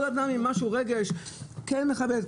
כל אדם עם איזשהו רגש היה מכבד,